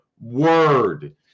word